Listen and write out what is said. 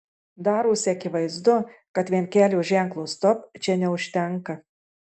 darosi akivaizdu kad vien kelio ženklo stop čia neužtenka